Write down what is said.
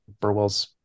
Burwell's